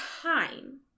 time